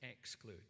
exclude